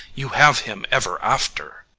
you have him ever after.